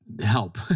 help